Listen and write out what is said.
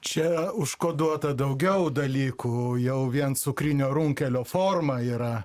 čia užkoduota daugiau dalykų jau vien cukrinio runkelio forma yra